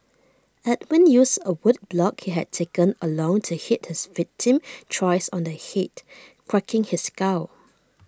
Edwin used A wood block he had taken along to hit his victim thrice on the Head cracking his skull